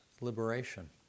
liberation